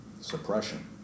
suppression